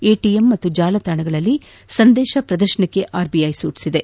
ATM ಹಾಗೂ ಜಾಲತಾಣಗಳಲ್ಲಿ ಸಂದೇಶ ಪ್ರದರ್ಶನಕ್ಕೆ ಆರ್ಬಿಐ ಸೂಚಿಸಿದೆ